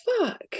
fuck